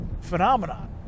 Phenomenon